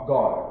God